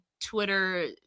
Twitter